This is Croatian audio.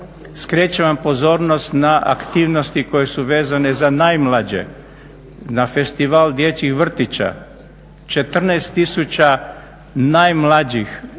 Skrećem vam pozornost na aktivnosti koje su vezane za najmlađe na festival dječjih vrtića. 14 tisuća najmlađih je bilo